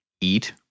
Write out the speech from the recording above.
Eat